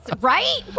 Right